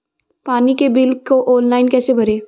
पानी के बिल को ऑनलाइन कैसे भरें?